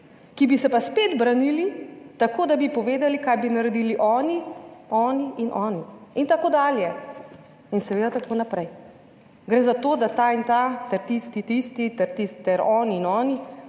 ki bi se pa spet branili tako, da bi povedali, kaj bi naredili oni, oni in oni, itd., in seveda tako naprej. Gre za to, da ta in ta ter tisti, tisti ter oni in oni,